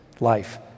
life